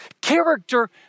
Character